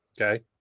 Okay